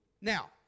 Now